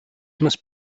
must